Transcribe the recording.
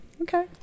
Okay